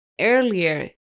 earlier